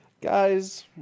Guys